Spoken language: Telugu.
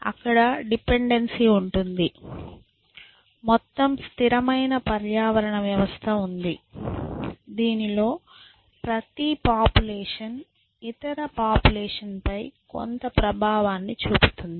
అక్కడ డిపెండెన్సీ ఉంటుంది మొత్తం స్థిరమైన పర్యావరణ వ్యవస్థ ఉంది దీనిలో ప్రతి పాపులేషన్ ఇతర పాపులేషన్ పై కొంత ప్రభావాన్ని చూపుతుంది